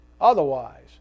Otherwise